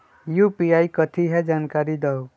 UPI कथी है? जानकारी दहु